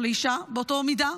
או לאישה באותה מידה,